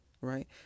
right